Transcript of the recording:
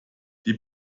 die